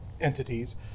entities